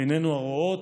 עינינו הרואות,